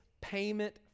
payment